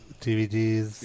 DVDs